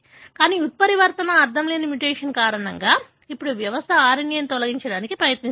కానీ ఉత్పరివర్తన అర్ధంలేని మ్యుటేషన్ కారణంగా ఇప్పుడు వ్యవస్థ RNA ని తొలగించడానికి ప్రయత్నిస్తుంది